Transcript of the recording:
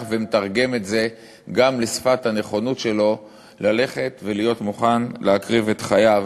ומתרגם את זה גם לשפת הנכונות שלו ללכת ולהיות מוכן להקריב את חייו